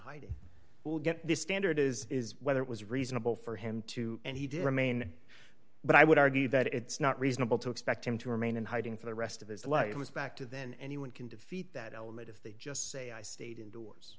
hiding will get this standard is is whether it was reasonable for him to and he did remain but i would argue that it's not reasonable to expect him to remain in hiding for the rest of his life it was back to then anyone can defeat that element if they just say i stayed indoors